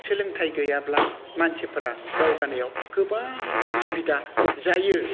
सोलोंथाइ गैयाब्ला मानसिफ्रा दावगानायाव गोबां उसुबिदा जायो